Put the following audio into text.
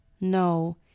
No